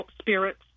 spirits